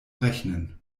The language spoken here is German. rechnen